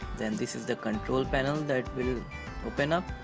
then this is the control panel that will open up.